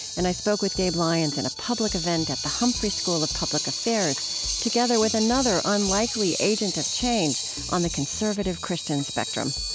and i spoke with gabe lyons in a public event at the humphrey school of public affairs together with another unlikely agent of change on the conservative christian spectrum.